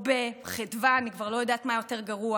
או בחדווה, אני כבר לא יודעת מה יותר גרוע,